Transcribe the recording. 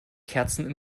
kerzen